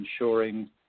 ensuring